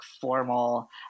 formal